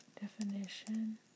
Definition